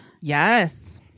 Yes